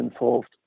involved